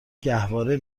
گهواره